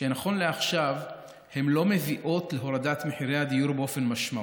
שנכון לעכשיו הן לא מביאות להורדת מחירי הדיור באופן משמעותי,